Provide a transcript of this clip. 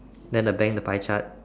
then the bank the pie chart